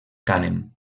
cànem